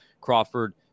Crawford